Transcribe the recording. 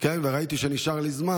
וראיתי שנשאר לי זמן.